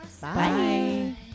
Bye